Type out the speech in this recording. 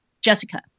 Jessica